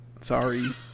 Sorry